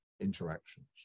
interactions